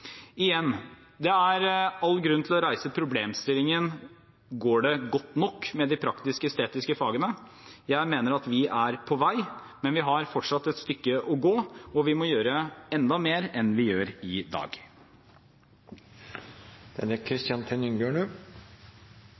Igjen: Det er all grunn til å reise problemstillingen: Går det godt nok med de praktisk-estetiske fagene? Jeg mener at vi er på vei, men vi har fortsatt et stykke å gå, og vi må gjøre enda mer enn vi gjør i dag.